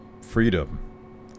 freedom